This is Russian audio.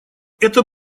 это